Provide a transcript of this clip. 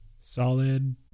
Solid